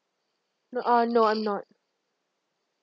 no uh no I'm noy